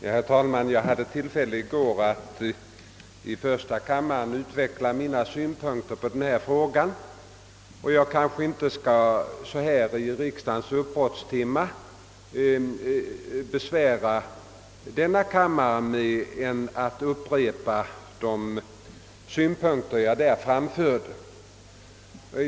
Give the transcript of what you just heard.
Herr talman! Jag hade i går tillfälle att i första kammaren utveckla mina synpunkter i denna fråga och skall kanske inte i riksdagens uppbrottstimma besvära denna kammare med en upprepning av de synpunkter jag där framförde.